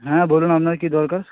হ্যাঁ বলুন আপনার কি দরকার